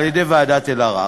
על-ידי ועדת אלהרר.